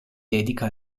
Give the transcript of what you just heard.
dedica